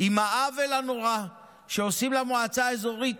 עם העוול הנורא שעושים למועצה האזורית